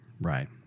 Right